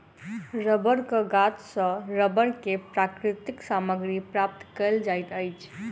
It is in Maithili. रबड़क गाछ सॅ रबड़ के प्राकृतिक सामग्री प्राप्त कयल जाइत अछि